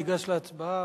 ניגש להצבעה.